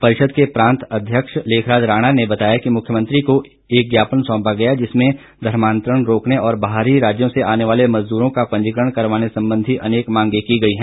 परिषद के प्रांत अध्यक्ष लेखराज राणा ने बताया कि मुख्यमंत्री को एक ज्ञापन सौंपा गया जिसमें धर्मांतरण रोकने और बाहरी राज्यों से आने वाले मजदूरों का पंजीकरण करवाने संबंधी अनेक मांगें की गई हैं